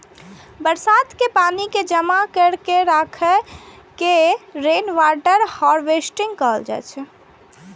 बरसात के पानि कें जमा कैर के राखै के रेनवाटर हार्वेस्टिंग कहल जाइ छै